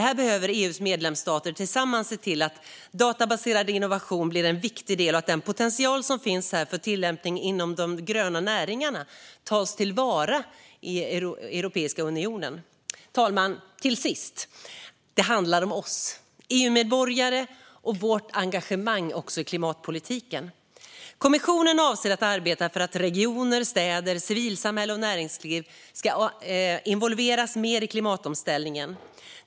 Här behöver EU:s medlemsstater tillsammans se till att databaserad innovation blir en viktig del och att den potential som finns för tillämpning inom de gröna näringarna tas till vara i Europeiska unionen. Fru talman! Till sist handlar det om oss EU-medborgare och vårt engagemang i klimatpolitiken. Kommissionen avser att arbeta för att regioner, städer, civilsamhälle och näringsliv ska involveras mer i klimatomställningen.